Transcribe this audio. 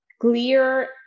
clear